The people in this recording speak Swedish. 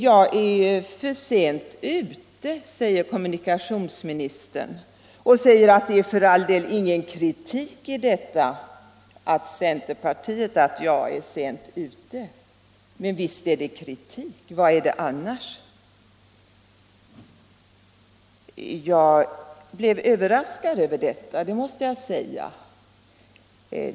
Jag är för sent ute, säger kommunikationsministern vidare och tillägger att det är för all del ingen kritik i detta. Men visst är det kritik. Vad är det annars? Jag blev överraskad över detta, det måste jag säga.